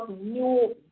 new